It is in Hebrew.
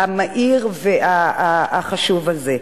המהיר והחשוב הזה.